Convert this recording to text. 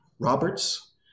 Roberts